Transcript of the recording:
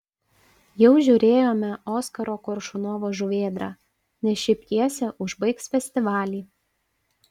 jau žiūrėjome oskaro koršunovo žuvėdrą nes ši pjesė užbaigs festivalį